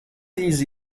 these